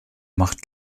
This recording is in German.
macht